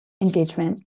engagement